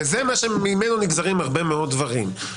וממנו נגזרים הרבה מאוד דברים.